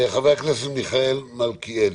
חבר הכנסת מיכאל מלכיאלי.